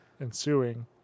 ensuing